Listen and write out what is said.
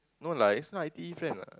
no lah it's not I_T_E friend lah